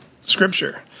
scripture